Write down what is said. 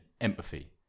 empathy